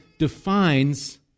defines